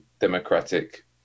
democratic